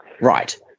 Right